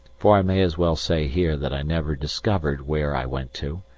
for i may as well say here that i never discovered where i went to,